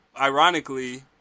ironically